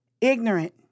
Ignorant